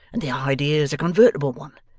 and the idea's a convertible one,